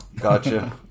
Gotcha